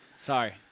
Sorry